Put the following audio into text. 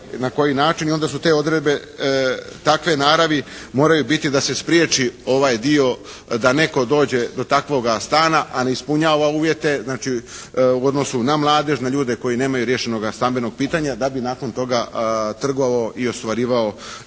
na koji način i onda su te odredbe takve naravi moraju biti da se spriječi ovaj dio da netko dođe do takvoga stana a ne ispunjava uvjete, znači u odnosu na mladež, na ljude koje nemaju riješeno stambeno pitanje da bi nakon toga trgovao i ostvarivao